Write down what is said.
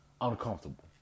Uncomfortable